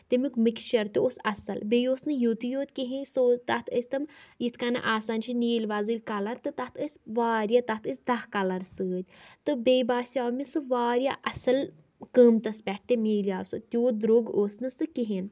تَمیُک مِکٕسچر تہِ اوس اَصٕل بیٚیہِ اوس نہٕ یوٚتی یوٗت کِہینۍ تَتھ ٲسۍ تِم یِتھ کٔنۍ آسان چھِ نیٖل وۄزٕلۍ کَلر تہٕ تَتھ ٲسۍ واریاہ تَتھ ٲسۍ دہ کَلر سۭتۍ تہٕ بیٚیہِ باسیو مےٚ سُہ واریاہ اَصٕل قۭمتَس پٮ۪ٹھ تہِ مِلیو سُہ توٗت درٛوٚگ اوس نہٕ سُہ کِہینۍ